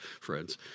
friends